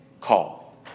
call